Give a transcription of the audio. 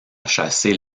chasser